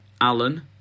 Alan